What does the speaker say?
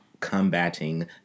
combating